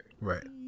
right